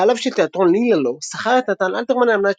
בעליו של תיאטרון "לי-לה-לו" שכר את נתן אלתרמן על מנת